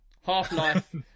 Half-Life